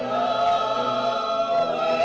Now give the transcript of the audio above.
uh